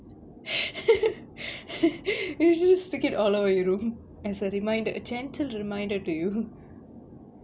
you should stick it all over your room as a reminder a gentle reminder to you